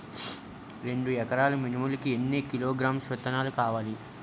రెండు ఎకరాల మినుములు కి ఎన్ని కిలోగ్రామ్స్ విత్తనాలు కావలి?